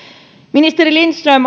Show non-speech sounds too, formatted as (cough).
ministeri lindström (unintelligible)